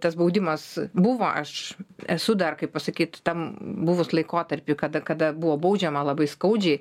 tas baudimas buvo aš esu dar kaip pasakyt tam buvus laikotarpy kada kada buvo baudžiama labai skaudžiai